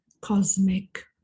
cosmic